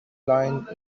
line